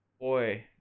boy